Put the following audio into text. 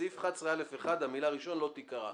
בסעיף 11א(1) המילה "ראשון" לא תיקרא.